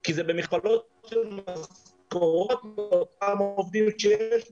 כי זה במכפלות --- אותם עובדים שיש לו,